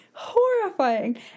Horrifying